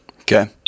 Okay